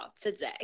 today